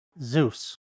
Zeus